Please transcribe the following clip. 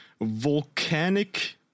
volcanic